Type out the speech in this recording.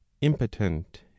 impotent